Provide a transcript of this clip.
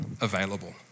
available